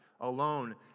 alone